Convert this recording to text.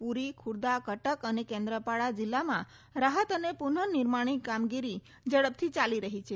પુરી ખુર્દા કટક અને કેન્દ્રપાડા જિલ્લામાં રાહત અને પુનઃનિર્માણની કામગીરી ઝડપથી ચાલી રહી છે